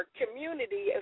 community